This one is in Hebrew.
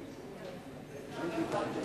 רבותי,